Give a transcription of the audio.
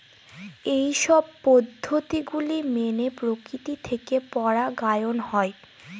এইসব পদ্ধতি গুলো মেনে প্রকৃতি থেকে পরাগায়ন হয়